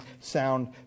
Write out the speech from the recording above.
sound